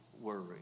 worry